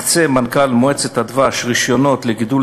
מקצה מנכ"ל מועצת הדבש רישיונות לגידול